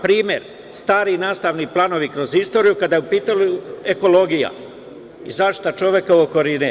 Primer, stari nastavni planovi kroz istoriju, kada je u pitanju ekologija i zaštita čovekove okoline.